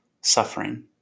suffering